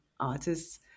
Artists